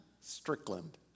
Strickland